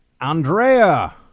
Andrea